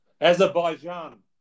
Azerbaijan